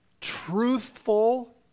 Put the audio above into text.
truthful